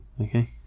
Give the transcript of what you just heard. okay